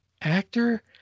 actor